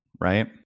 right